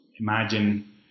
imagine